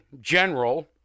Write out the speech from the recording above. General